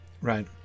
right